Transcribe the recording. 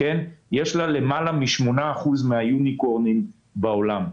יש לה למעלה מ-8% מהיוניקורנים בעולם.